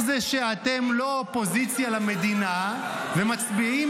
איך זה שאתם לא אופוזיציה למדינה ומצביעים